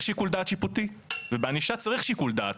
שיקול דעת שיפוטי ובענישה צריך שיקול דעת,